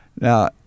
now